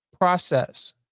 process